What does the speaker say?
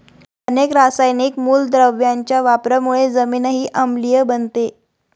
अनेक रासायनिक मूलद्रव्यांच्या वापरामुळे जमीनही आम्लीय बनते